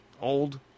old